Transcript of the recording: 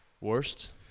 worst